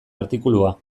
artikulua